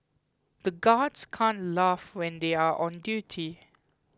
the guards can't laugh when they are on duty